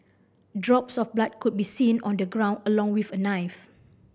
drops of blood could be seen on the ground along with a knife